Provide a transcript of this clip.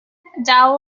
adele